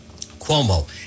Cuomo